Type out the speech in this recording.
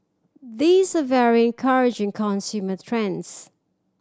these very encouraging consumers trends